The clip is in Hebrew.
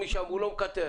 תודה.